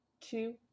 two